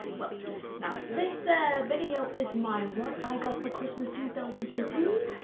well, now this ah video is my what i got for christmas two thousand and fourteen,